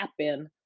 happen